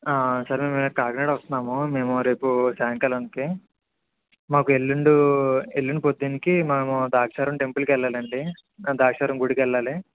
sir మేము కాకినాడ వస్త్నాము రేపు మేము సాయంకాలానికి మాకు ఎల్లుండు ఎల్లుండి పొద్దున్నకి మేము ద్రాక్షారామం టెంపుల్కి వెళ్ళాలి అండి ద్రాక్షారామం గుడికి వెళ్ళాలి